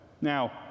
Now